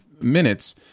minutes